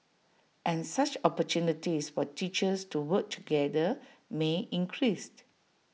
and such opportunities for teachers to work together may increased